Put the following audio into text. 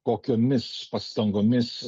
kokiomis pastangomis